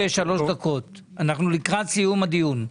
אנחנו לקראת סיום הדיון.